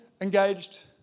engaged